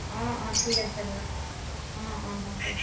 অঁ অঁ ঠিক আছে বাৰু অঁ অঁ হ'ব